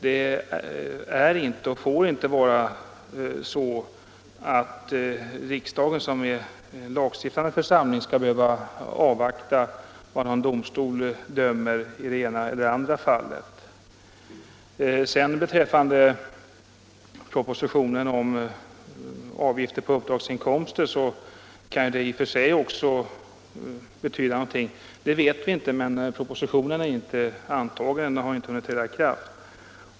Det är inte och får inte vara så att riksdagen som är lagstiftande församling skall behöva avvakta hur en domstol dömer i det ena eller andra fallet. Propositionen om uppdragsinkomster kan i och för sig också betyda någonting. Det vet vi inte för propositionen är inte antagen ännu och har inte kunnat träda i kraft.